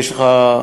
יש לך טלפון,